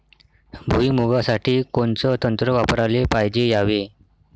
भुइमुगा साठी कोनचं तंत्र वापराले पायजे यावे?